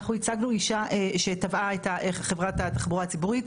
אנחנו ייצגנו אישה שתבעה את חברת התחבורה הציבורית.